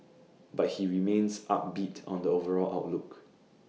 but he remains upbeat on the overall outlook